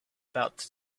about